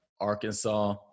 Arkansas